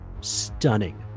stunning